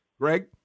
Greg